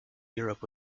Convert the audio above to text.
europe